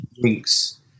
drinks